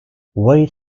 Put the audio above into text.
weight